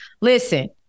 listen